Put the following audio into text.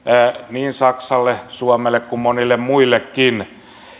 niin saksalle suomelle kuin monille muillekin